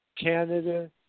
Canada